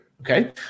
Okay